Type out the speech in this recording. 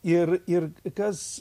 ir ir kas